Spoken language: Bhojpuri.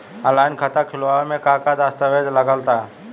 आनलाइन खाता खूलावे म का का दस्तावेज लगा ता?